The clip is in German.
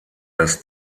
dass